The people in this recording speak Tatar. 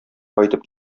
кайтып